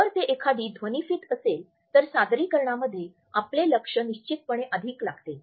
जर ते एखादी ध्वनिफीत असेल तर सादरीकरणामध्ये आपले लक्ष निश्चितपणे अधिक लागते